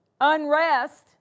unrest